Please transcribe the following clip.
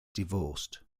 divorced